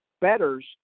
betters